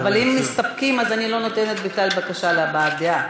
אם מסתפקים אז אני לא נותנת בכלל בקשה להבעת דעה.